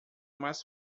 mais